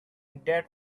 that